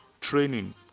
training